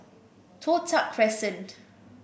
Toh Tuck Crescent